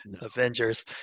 Avengers